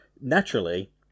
naturally